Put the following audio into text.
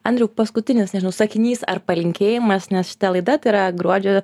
andriau paskutinis nežinau sakinys ar palinkėjimas nes šita laida tai yra gruodžio